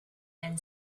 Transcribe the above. then